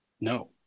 No